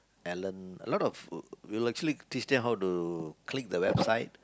Allen a lot of we actually teach them how to click the website